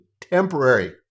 temporary